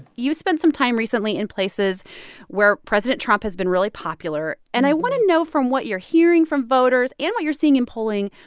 you spent some time recently in places where president trump has been really popular. and i want to know from what you're hearing from voters and what you're seeing in polling,